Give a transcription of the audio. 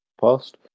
past